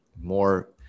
more